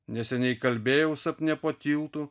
neseniai kalbėjau sapne po tiltu